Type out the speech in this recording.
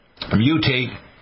mutate